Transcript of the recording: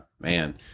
man